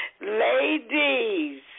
Ladies